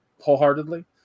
wholeheartedly